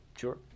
Sure